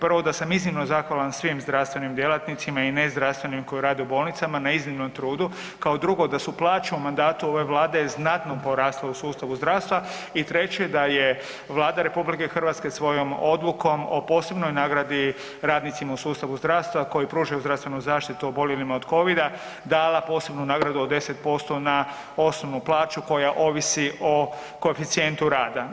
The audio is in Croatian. Prvo, da sam iznimno zahvalan svim zdravstvenim djelatnicima i nezdravstvenim koji rade u bolnicama, na iznimnom trudu, kao 2., da su plaće u mandatu ove Vlade znatno porasle u sustavu zdravstva i 3., da je Vlada RH svojom Odlukom o posebnoj nagradi radnicima u sustavu zdravstva koji pružaju zdravstvenu zaštitu oboljelima od Covida dala posebnu nagradu od 10% na osnovnu plaću koja ovisi o koeficijentu rada.